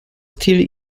still